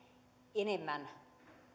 enemmän